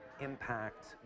impact